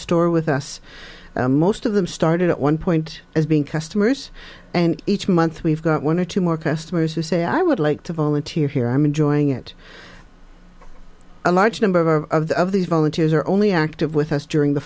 store with us most of them started at one point as being customers and each month we've got one or two more customers who say i would like to volunteer here i'm enjoying it a large number of the of these volunteers are only active with us during the